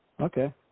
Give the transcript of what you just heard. okay